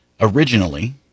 Originally